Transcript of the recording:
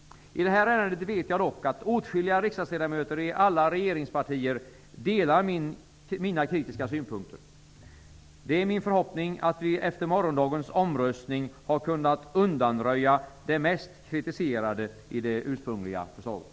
I det här ärendet vet jag dock att åtskilliga riksdagsledamöter i alla regeringspartier delar mina kritiska synpunkter. Det är min förhoppning att vi efter morgondagens omröstning har kunnat undanröja det mest kritiserade i det ursprungliga förslaget.